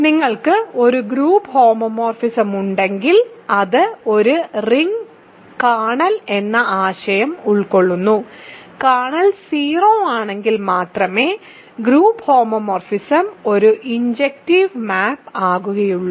നിങ്ങൾക്ക് ഒരു group homomorphism ഉണ്ടെങ്കിൽ അത് ഒരു റിങ് കേർണൽ എന്ന ആശയം ഉൾക്കൊള്ളുന്നു കേർണൽ 0 ആണെങ്കിൽ മാത്രമേ ഗ്രൂപ്പ് ഹോമോമോർഫിസം ഒരു ഇൻജക്റ്റീവ് മാപ്പ് ആകുകയുള്ളൂ